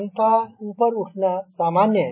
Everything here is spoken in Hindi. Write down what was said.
इनका ऊपर उठना सामान्य है